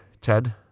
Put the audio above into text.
Ted